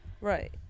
right